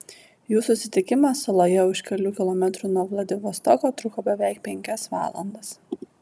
jų susitikimas saloje už kelių kilometrų nuo vladivostoko truko beveik penkias valandas